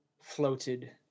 floated